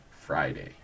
Friday